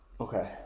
Okay